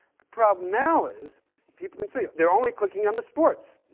the problem now is people can say, they're only clicking on the sports.